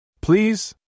Please